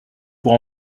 pour